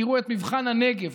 תראו את מבחן הנגב.